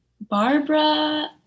Barbara